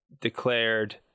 declared